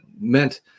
meant –